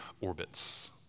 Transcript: orbits